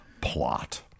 plot